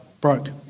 broke